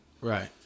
Right